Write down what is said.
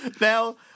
Now